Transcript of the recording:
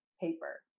paper